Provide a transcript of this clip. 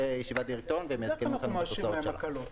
אז איך אנחנו מאשרים להם הקלות?